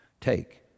Take